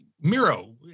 Miro